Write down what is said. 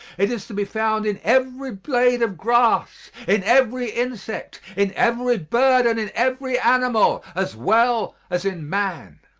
it is to be found in every blade of grass, in every insect, in every bird and in every animal, as well as in man.